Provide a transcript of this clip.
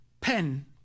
pen